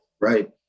Right